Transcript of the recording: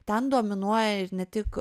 ten dominuoja ir ne tik